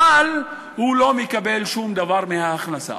אבל הוא לא מקבל שום דבר מההכנסה.